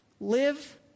live